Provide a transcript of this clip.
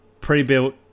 pre-built